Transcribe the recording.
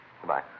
Goodbye